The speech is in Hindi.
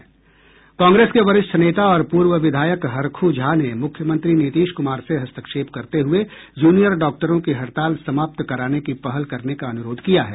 कांग्रेस के वरिष्ठ नेता और पूर्व विधायक हरखू झा ने मुख्यमंत्री नीतीश कुमार से हस्तक्षेप करते हुए जूनियर डॉक्टरों की हड़ताल समाप्त कराने की पहल करने का अनुरोध किया है